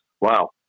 wow